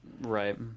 right